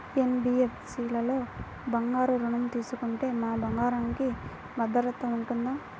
NBFC లలో బంగారు ఋణం తీసుకుంటే మా బంగారంకి భద్రత ఉంటుందా?